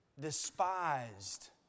despised